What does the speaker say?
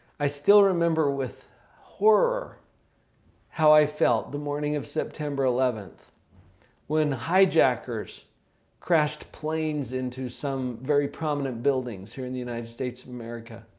i still remember with horror how i felt the morning of september eleventh when hijackers crashed planes into some very prominent buildings here in the united states of america.